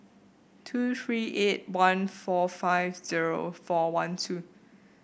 two three eight one four five zero four one two